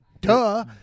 duh